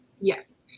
Yes